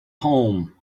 home